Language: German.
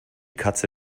katze